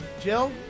Jill